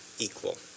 equal